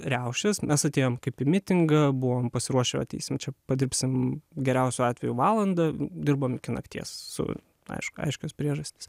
riaušes mes atėjom kaip į mitingą buvom pasiruošę ateisim čia padirbsim geriausiu atveju valandą dirbom iki nakties su aišku aiškios priežastys